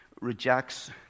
rejects